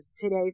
today